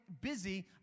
busy